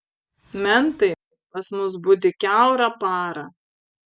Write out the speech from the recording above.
mentai pas mus budi kiaurą parą